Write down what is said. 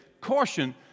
caution